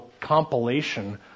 compilation